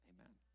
Amen